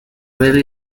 really